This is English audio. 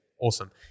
Awesome